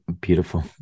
Beautiful